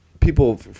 People